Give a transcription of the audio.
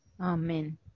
Amen